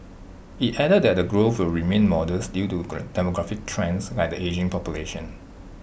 IT added that the growth will remain modest due to demographic trends like the ageing population